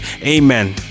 amen